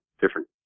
different